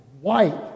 white